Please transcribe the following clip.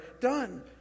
done